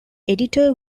editor